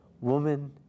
woman